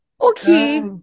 okay